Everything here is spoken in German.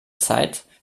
zeit